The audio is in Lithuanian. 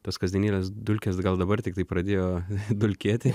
tos kasdienybės dulkės gal dabar tiktai pradėjo dulkėti